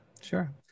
Sure